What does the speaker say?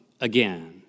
again